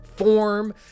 form